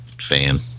fan